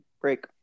Break